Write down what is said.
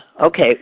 Okay